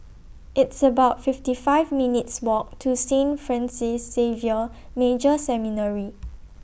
It's about fifty five minutes' Walk to Saint Francis Xavier Major Seminary